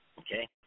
Okay